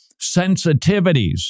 sensitivities